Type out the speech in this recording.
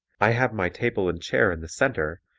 i have my table and chair in the center,